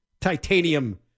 titanium